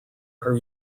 are